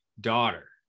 daughter